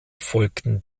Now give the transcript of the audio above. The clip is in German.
folgten